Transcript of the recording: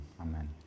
Amen